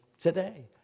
today